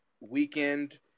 weekend